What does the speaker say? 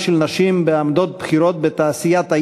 של נשים בעמדות בכירות בתעשיית הידע,